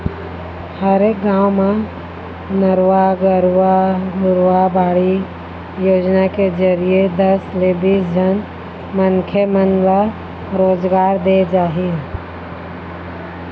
हरेक गाँव म नरूवा, गरूवा, घुरूवा, बाड़ी योजना के जरिए दस ले बीस झन मनखे मन ल रोजगार देय जाही